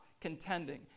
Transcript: contending